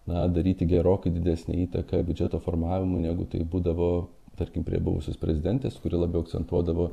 na daryti gerokai didesnę įtaką biudžeto formavimui negu tai būdavo tarkim prie buvusios prezidentės kuri labiau akcentuodavo